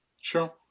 Sure